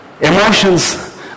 Emotions